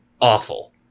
awful